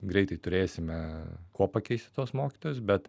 greitai turėsime kuo pakeisti tuos mokytojus bet